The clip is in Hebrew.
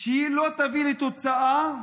שהיא לא תביא לתוצאה,